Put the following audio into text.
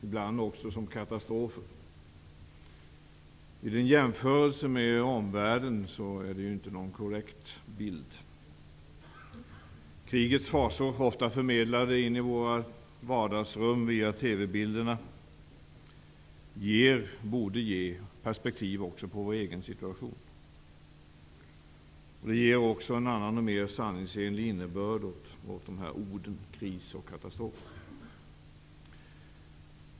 Ibland använder vi ordet katastrof. Vid en jämförelse med omvärlden är det inte någon korrekt bild vi ger. Krigets fasor, ofta förmedlade till våra vardagsrum via TV-bilderna, borde ge perspektiv också på vår egen situation. De ger också en annan och mer sanningsenlig innebörd åt orden kris och katastrof.